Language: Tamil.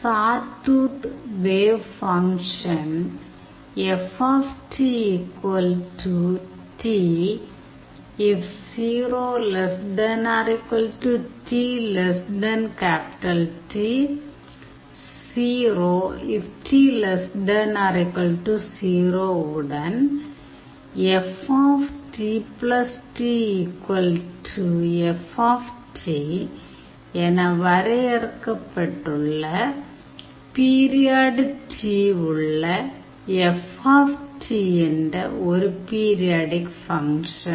சா டூத் வேவ் ஃபங்க்ஷன் உடன் Ft T F என வரையறுக்கப்பட்டுள்ள பீரியாடு T உள்ள F என்ற ஒரு பீரியாடிக் ஃபங்க்ஷன்